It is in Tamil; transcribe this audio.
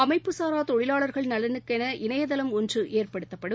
அமைப்புசாரா தொழிலாளா்கள் நலனுக்கென இணையதளம் ஒன்று ஏற்படுத்தப்படும்